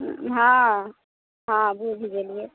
हँ हँ बूझि गेलियै